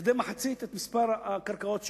לכדי מחצית את מספר הקרקעות שיופרטו.